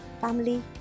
family